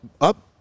up